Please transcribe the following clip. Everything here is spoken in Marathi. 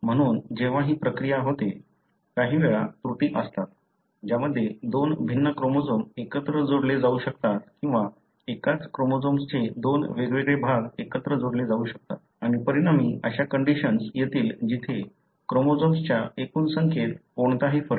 म्हणून जेव्हा ही प्रक्रिया होते काही वेळा त्रुटी असतात ज्यामध्ये दोन भिन्न क्रोमोझोम एकत्र जोडले जाऊ शकतात किंवा एकाच क्रोमोझोम्सचे दोन वेगवेगळे भाग एकत्र जोडले जाऊ शकतात आणि परिणामी अशा कंडिशन्स येतील जिथे क्रोमोझोम्सच्या एकूण संख्येत कोणताही फरक नाही